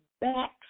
back